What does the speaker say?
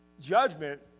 Judgment